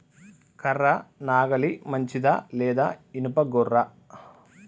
కర్ర నాగలి మంచిదా లేదా? ఇనుప గొర్ర?